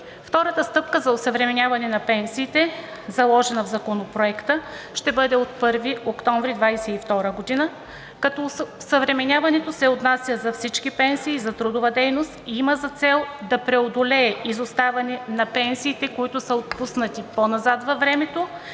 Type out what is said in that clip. Втората стъпка за осъвременяване на пенсиите, заложена в Законопроекта, ще бъде от 1 октомври 2022 г., като осъвременяването се отнася за всички пенсии за трудова дейност и има за цел да преодолее изоставане на пенсиите, които са отпуснати по-назад във времето